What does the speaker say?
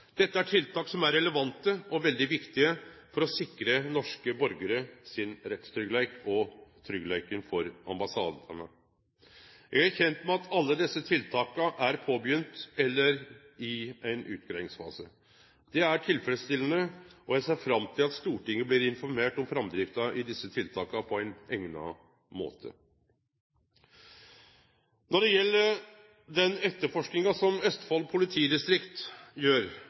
Dette er tiltak som er relevante og veldig viktige for å sikre norske borgarar sin rettstryggleik og tryggleiken for ambassadane. Eg er kjend med at alle desse tiltaka er påbegynte eller i ein utgreiingsfase. Det er tilfredsstillande, og eg ser fram til at Stortinget blir informert om framdrifta i desse tiltaka på ein eigna måte. Når det gjeld etterforskinga som Østfold politidistrikt gjer